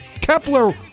Kepler